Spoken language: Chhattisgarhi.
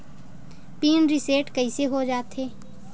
पिन रिसेट कइसे हो जाथे?